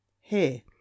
Here